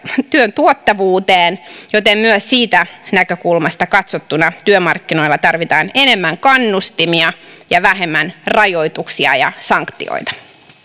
työn tuottavuuteen joten myös siitä näkökulmasta katsottuna työmarkkinoilla tarvitaan enemmän kannustimia ja vähemmän rajoituksia ja sanktioita